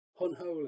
unholy